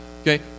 Okay